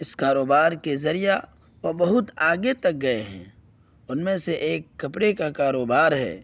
اس کاروبار کے ذریعہ وہ بہت آگے تک گئے ہیں ان میں سے ایک کپڑے کا کاروبار ہے